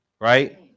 right